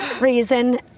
reason